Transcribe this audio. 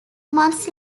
months